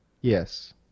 Yes